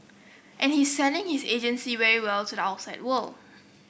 and he's selling his agency very well to the outside world